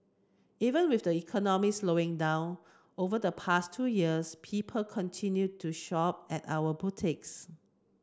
even with the economy slowing down over the past two years people continued to shop at our boutiques